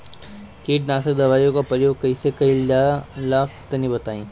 कीटनाशक दवाओं का प्रयोग कईसे कइल जा ला तनि बताई?